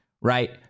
right